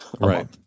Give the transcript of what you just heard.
Right